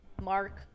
mark